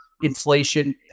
inflation